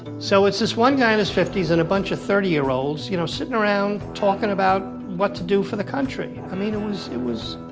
so, it's this one guy in his fifty s and a bunch of thirty year olds, you know, sitting around talking about what to do for the country. i mean, it was, it was,